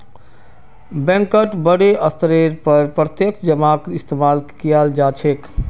बैंकत बडे स्तरेर पर प्रत्यक्ष जमाक इस्तेमाल कियाल जा छे